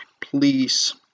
please